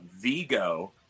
Vigo